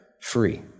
free